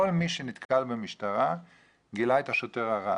כל מי שנתקל במשטרה גילה את השוטר הרע